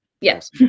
yes